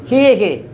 সেয়হে